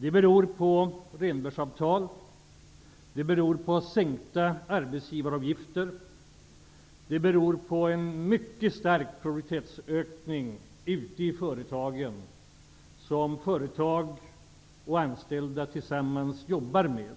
Det beror på Rehnbergavtal, sänkta arbetsgivaravgifter, en stark produktivitetsökning i företagen -- som företagare och anställda tillsammans jobbar för -- och